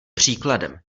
příkladem